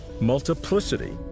multiplicity